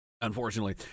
unfortunately